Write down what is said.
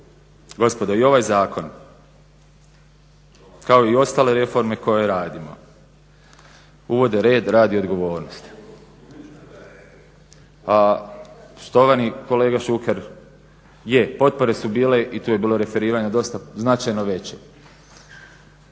Gospodo i ovaj zakon kao i ostale reforme koje radimo uvode red, rad i odgovornost. Štovani kolega Šuker je, potpore su bile i tu je bilo referiranja dosta značajno veće.